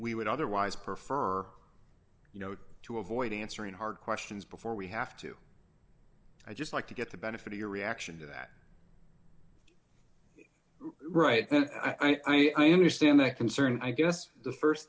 would otherwise prefer you know to avoid answering hard questions before we have to i just like to get the benefit of your reaction to that right i mean i understand their concern i guess the